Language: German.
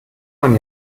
man